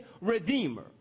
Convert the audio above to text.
redeemer